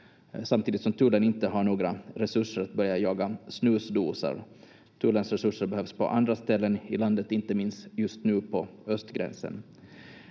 samtidigt som tullen inte har några resurser att börja jaga snusdosor. Tullens resurser behövs på andra ställen i landet, inte minst just nu på östgränsen.